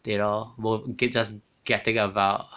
you know mo~ just getting about